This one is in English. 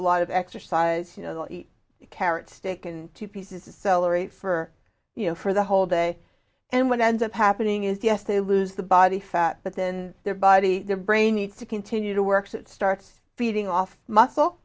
a lot of exercise you know carrot stick and two pieces of celery for you know for the whole day and what ends up happening is yes they lose the body fat but then their body their brain needs to continue to work so it starts feeding off muscle